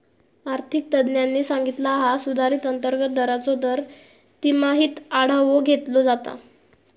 आर्थिक तज्ञांनी सांगितला हा सुधारित अंतर्गत दराचो दर तिमाहीत आढावो घेतलो जाता